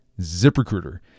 ZipRecruiter